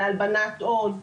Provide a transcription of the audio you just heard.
להלבנת הון,